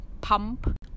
pump